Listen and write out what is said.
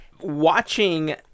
watching